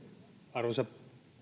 arvoisa